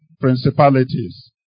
Principalities